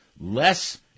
less